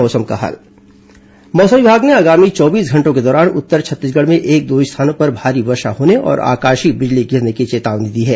मौसम मौसम विभाग ने आगामी चौबीस घंटों के दौरान उत्तर छत्तीसगढ़ में एक दो स्थानों पर भारी वर्षा होने और आकाशीय बिजली गिरने की चेतावनी दी है